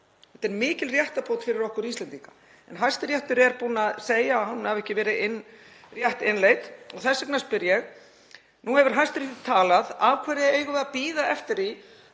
Þetta er mikil réttarbót fyrir okkur Íslendinga en Hæstiréttur er búinn að segja að hún hafi ekki verið rétt innleidd. Þess vegna spyr ég: Nú hefur Hæstiréttur talað. Af hverju eigum við að bíða eftir